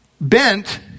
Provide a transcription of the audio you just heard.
bent